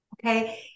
Okay